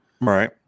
Right